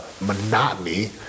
monotony